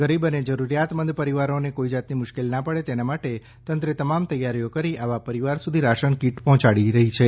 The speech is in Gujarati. ગરીબ અને જરૂરિયાતમંદ પરિવારોને કોઈ જાતની મુશ્કેલીના પડે તેના માટે તંત્રે તમામ તૈયારીઓ કરી આવા પરિવાર સુધી રાશન કીટ પહોંચાડી રહી છે